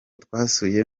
twasuye